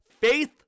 faith